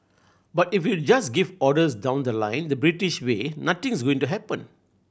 but if you just give orders down the line the British way nothing's going to happen